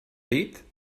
dit